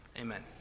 Amen